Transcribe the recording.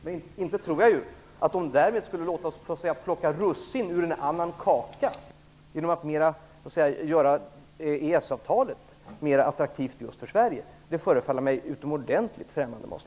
Inte tror jag att de skulle låta oss plocka russin ur en annan kaka genom att göra EES-avtalet mer attraktivt för just Sverige. Det förefaller mig utomordentligt främmande.